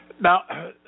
Now